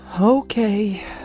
Okay